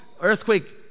earthquake